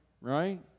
right